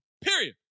Period